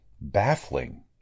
baffling